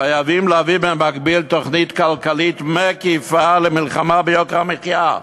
חייבים להביא במקביל תוכנית כלכלית מקיפה למלחמה ביוקר המחיה.